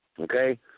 Okay